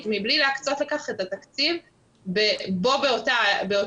מבלי להקצות לכך את התקציב בו בזמן,